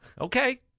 Okay